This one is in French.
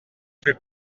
plus